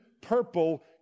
purple